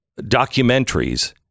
documentaries